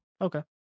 Okay